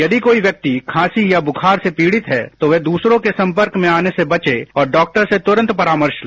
यदि कोई व्यक्ति खांसी या बुखार से पीड़ित है तो वह दूसरों के संपर्क में आने से बचे और डॉक्टर से तुरंत परामर्श ले